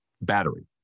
battery